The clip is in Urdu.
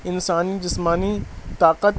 انسانی جسمانی طاقت